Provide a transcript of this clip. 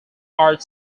art